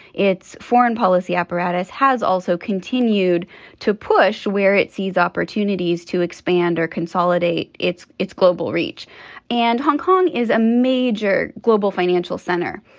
its foreign policy apparatus has also continued to push where it sees opportunities to expand or consolidate its its global reach and hong kong is a major global financial center.